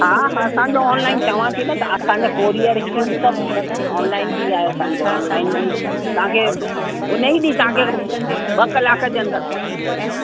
हा हा असांजो ऑनलाइन चवां थी न असांजो कॉरियर ही हू सभु वेंदा आहिनि ऑनलाइन बि आहे असांजो ऑनलाइन बि तव्हांखे उन्ही ॾींहुं तव्हांखे ॿ कलाक जे अंदरि पहुची वेंदो